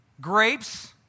grapes